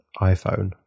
iPhone